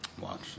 watch